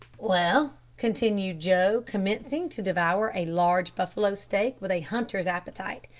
well, continued joe, commencing to devour a large buffalo steak with a hunter's appetite,